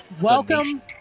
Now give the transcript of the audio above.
welcome